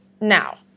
Now